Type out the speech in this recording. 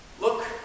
look